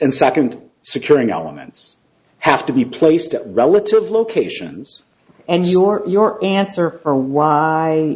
and second securing our mints have to be placed at relative locations and your your answer for why